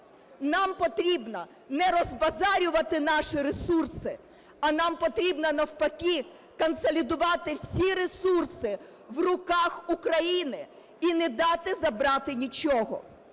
нам потрібно не розбазарювати наші ресурси, а нам потрібно навпаки, консолідувати всі ресурси в руках України і не дати забрати нічого.